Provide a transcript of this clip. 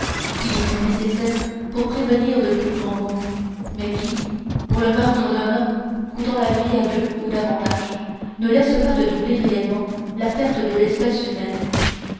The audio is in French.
punitions nécessaires pour prévenir de plus grands maux mais qui pour le meurtre d'un homme coûtant la vie à deux ou davantage ne laissent pas de doubler réellement la perte de l'espèce humaine